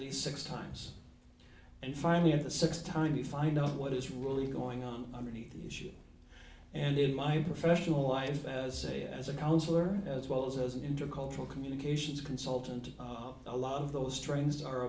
least six times and finally at the sixth time you find out what is really going on underneath the issue and in my professional life as a as a counsellor as well as as an intercultural communications consultant a lot of those strains are